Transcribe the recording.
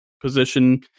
position